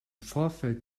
vorfeld